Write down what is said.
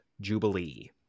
Jubilee